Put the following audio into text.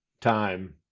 Time